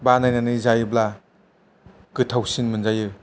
बानायनानै जायोब्ला गोथावसिन मोनजायो